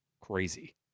crazy